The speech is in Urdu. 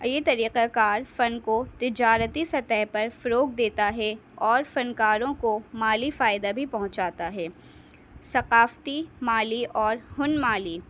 یہ طریقہ کار فن کو تجارتی سطح پر فروغ دیتا ہے اور فنکاروں کو مالی فائدہ بھی پہنچاتا ہے ثقافتی مالی اور ہن مالی